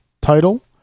title